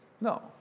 No